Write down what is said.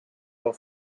der